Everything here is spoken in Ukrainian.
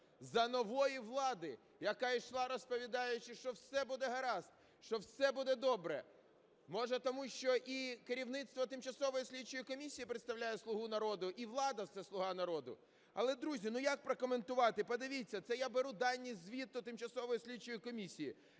за нової влади, яка йшла, розповідаючи, що все буде гаразд, що все буде добре. Може, тому, що і керівництво тимчасової слідчої комісії представляє "Слугу народу", і влада – це "Слуга народу"? Але, друзі, як прокоментувати, подивіться, це я беру дані звіту Тимчасової слідчої комісії.